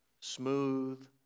smooth